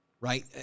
Right